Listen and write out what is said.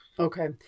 Okay